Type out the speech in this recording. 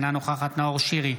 אינה נוכחת נאור שירי,